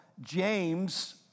James